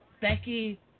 Becky